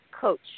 coach